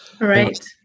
right